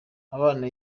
abana